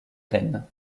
rennes